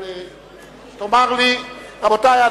רבותי,